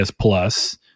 Plus